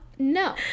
No